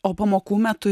o pamokų metu